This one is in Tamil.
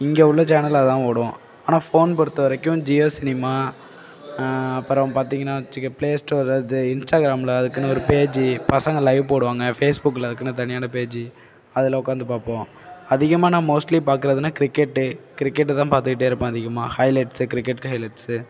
இங்கே உள்ள சேனலில் அதான் ஓடும் ஆனால் ஃபோன் பொறுத்தவரைக்கும் ஜியோ சினிமா அப்புறம் பார்த்திங்கன்னா வச்சிங்க ப்ளே ஸ்டோர் அது இன்ஸ்டாகிராமில் அதுக்குன்னு ஒரு பேஜ் பசங்க லைவ் போடுவாங்க பேஸ்புக்கில் அதுக்குன்னு தனியான பேஜ்ஜு அதில் உட்காந்து பார்ப்போம் அதிகமாக நான் மோஸ்ட்லி பார்க்குறதுன்னா கிரிக்கெட்டு கிரிக்கெட்தான் பார்த்துகிட்டே இருப்பேன் அதிகமாக ஹைலைட்ஸ் கிரிக்கெட் ஹைலைட்ஸு